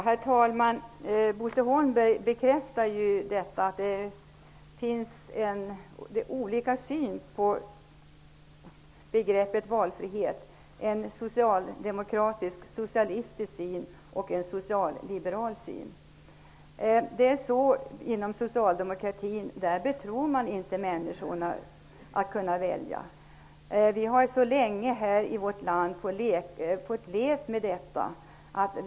Herr talman! Bo Holmberg bekräftar att det finns olika syn på begreppet valfrihet -- en socialdemokratisk socialistisk syn och en socialliberal syn. Inom socialdemokratin betror man inte människor att kunna välja. I vårt land har vi fått leva med denna inställning länge.